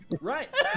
Right